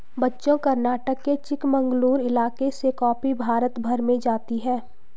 बच्चों कर्नाटक के चिकमंगलूर इलाके से कॉफी भारत भर में जाती है